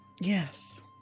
yes